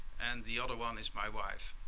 and the other one is my wife.